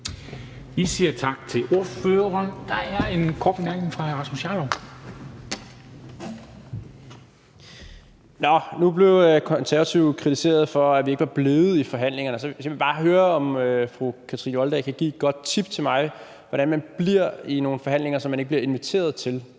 Vi siger tak til ordføreren. Der er en kort bemærkning fra hr. Rasmus Jarlov. Kl. 20:35 Rasmus Jarlov (KF): Nu blev Konservative kritiseret for, at vi ikke var blevet i forhandlingerne. Så jeg vil bare høre, om fru Kathrine Olldag kan give et godt tip til mig om, hvordan man bliver i nogle forhandlinger, som man ikke er blevet inviteret til.